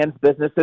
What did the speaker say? businesses